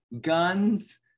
guns